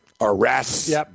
arrests